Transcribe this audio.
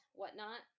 whatnot